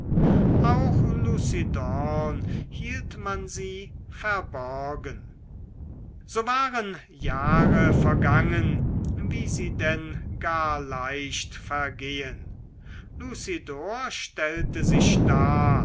auch lucidorn hielt man sie verborgen so waren jahre vergangen wie sie denn gar leicht vergehen lucidor stellte sich dar